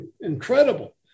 incredible